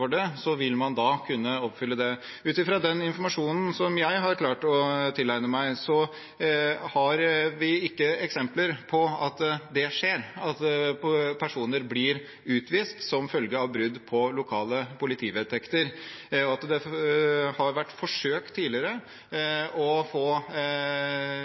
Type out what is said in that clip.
det, vil man kunne oppfylle det. Ut fra den informasjonen jeg har klart å tilegne meg, har vi ikke eksempler på at det skjer at personer blir utvist som følge av brudd på lokale politivedtekter. Det har vært forsøkt tidligere å få